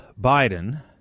Biden